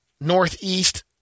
Northeast